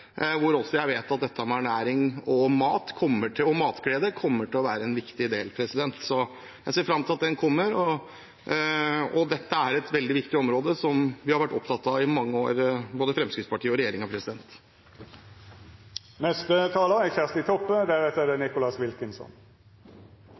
være en viktig del. Jeg ser fram til at den kommer. Dette er et veldig viktig område, som vi har vært opptatt av i mange år – både Fremskrittspartiet og regjeringen. Det er veldig viktig å leva heile livet, så det er